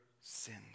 sins